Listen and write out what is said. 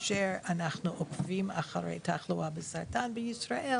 כאשר אנחנו עוקבים אחרי תחלואה בסרטן בישראל